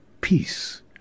peace